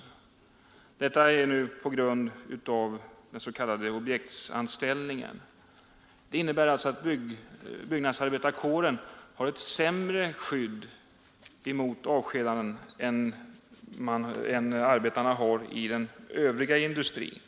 Det beror på den s.k. objektsanställningen. Detta innebär att byggnadsarbetarkåren har ett sämre skydd mot avskedanden än arbetarna i den övriga industrin.